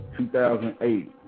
2008